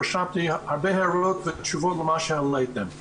רשמתי הרבה הערות ותשובות למה שהעליתם.